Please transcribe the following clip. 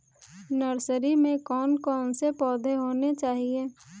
Nursery में कौन कौन से पौधे होने चाहिए?